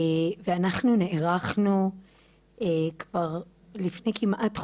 אנחנו נערכנו כבר לפני כמעט חודשיים,